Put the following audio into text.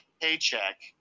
paycheck